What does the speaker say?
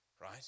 right